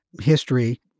history